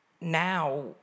now